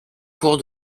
cours